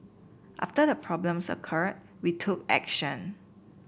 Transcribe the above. after the problems occurred we took action